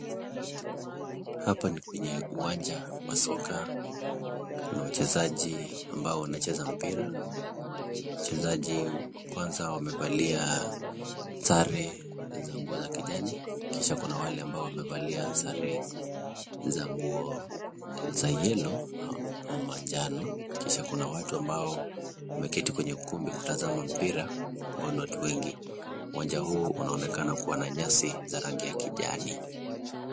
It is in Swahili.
Hapa ni kwenye uwanja wa soka, kuna wachezaji ambao wanacheza mpira. Wachezaji kwanza wamevalia sare za nguo za kijani, kisha kuna wale ambao wamevalia sare za nguo za yellow ama manjano. Kisha kuna watu ambao wameketi kwenye ukumbi kutazama mpira ambao ni watu wengi. Uwanja huu unaonekana kuwa na nyasi za rangi ya kujani.